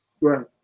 Right